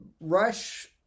rush